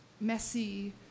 messy